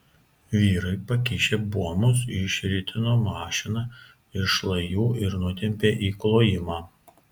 vyrai pakišę buomus išritino mašiną iš šlajų ir nutempė į klojimą